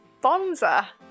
bonza